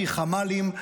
קרי חמ"לים,